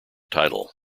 title